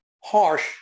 harsh